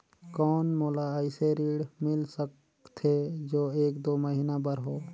कौन मोला अइसे ऋण मिल सकथे जो एक दो महीना बर हो?